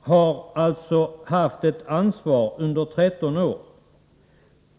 har alltså haft ett ansvar under 13 år.